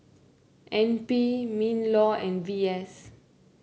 N P Minlaw and V S